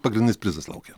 pagrindinis prizas laukia